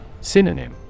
Synonym